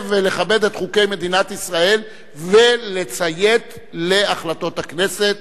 מתחייב לכבד את חוקי מדינת ישראל ולציית להחלטות הכנסת.